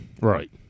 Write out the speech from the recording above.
Right